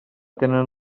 tenen